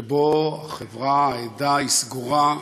שבהן העדה סגורה,